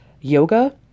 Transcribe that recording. yoga